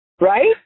Right